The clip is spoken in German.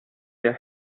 der